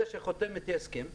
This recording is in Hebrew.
יש כל מיני גופים בודקים,